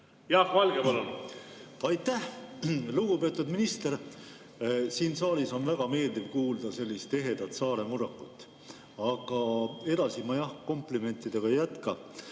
Jaak Valge, palun! Aitäh, lugupeetud minister! Siin saalis on väga meeldiv kuulda sellist ehedat saare murrakut. Aga edasi ma, jah, komplimentidega ei jätka